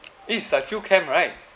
it's like field camp right